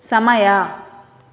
ಸಮಯ